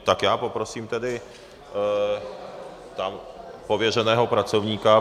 Tak já poprosím tedy pověřeného pracovníka.